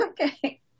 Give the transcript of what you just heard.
Okay